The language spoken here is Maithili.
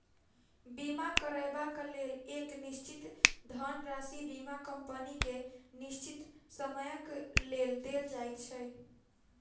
बीमा करयबाक लेल एक निश्चित धनराशि बीमा कम्पनी के निश्चित समयक लेल देल जाइत छै